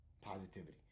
Positivity